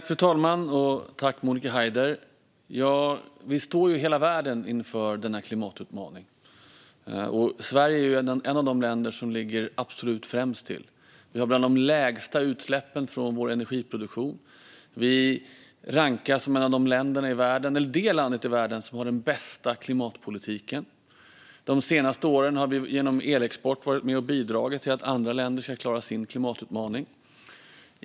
Fru talman! Hela världen står ju inför denna klimatutmaning. Sverige är ett av de länder som ligger absolut bäst till. Vi har bland de lägsta utsläppen från energiproduktion, och vi rankas som det land i världen som har den bästa klimatpolitiken. De senaste åren har vi också genom elexport varit med och bidragit till att andra länder ska klara sin klimatutmaning.